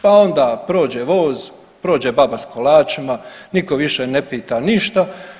Pa onda prođe voz, prođe baba s kolačima, nitko više ne pita ništa.